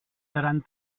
seran